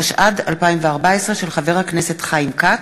התשע"ד 2014, מאת חבר הכנסת חיים כץ,